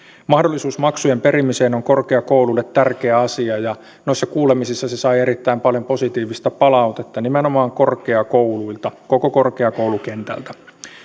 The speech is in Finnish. mahdollisuus maksujen perimiseen on korkeakouluille tärkeä asia ja noissa kuulemisissa se sai erittäin paljon positiivista palautetta nimenomaan korkeakouluilta koko korkeakoulukentältä